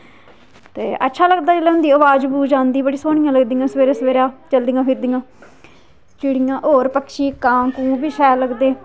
ते अच्छा लगदा जिसले उंदी आबाज आंदी बड़ी सोहनियां लगदियां सबेरे चलदियां फिरदियां चिड़ियां और पक्षी कां कूं बी शैल लगदे